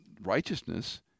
righteousness